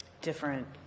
different